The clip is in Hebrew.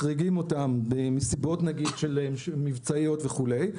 מחריגים אותם מסיבות מבצעיות וכו',